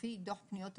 לפי דוח פניות הציבור,